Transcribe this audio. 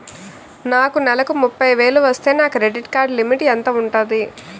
నాకు నెలకు ముప్పై వేలు వస్తే నా క్రెడిట్ కార్డ్ లిమిట్ ఎంత ఉంటాది?